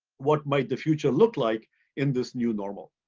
what might the future look like in this new normal.